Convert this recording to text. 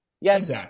Yes